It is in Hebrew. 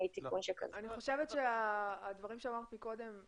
אני חושבת שהדברים שאמרת קודם,